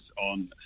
on